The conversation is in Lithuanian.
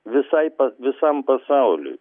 visai visam pasauliui